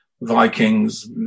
vikings